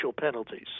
penalties